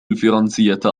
الفرنسية